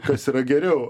kas yra geriau